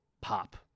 pop